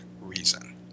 reason